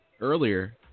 Earlier